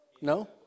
No